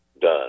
done